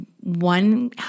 one